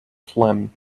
phlegm